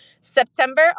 September